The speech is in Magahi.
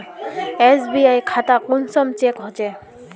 एस.बी.आई खाता कुंसम चेक होचे?